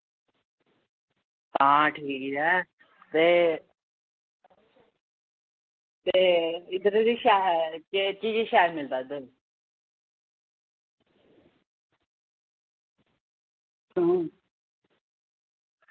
हां ठीक ऐ ते ते इद्धरै दी शैल केह् केह् शैल मिलदा इद्धर हां